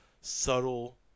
subtle